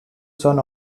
son